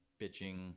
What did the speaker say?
bitching